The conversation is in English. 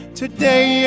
today